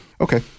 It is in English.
Okay